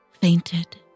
fainted